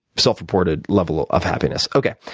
self reported level of happiness. okay,